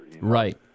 right